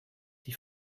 die